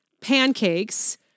pancakes